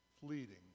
fleeting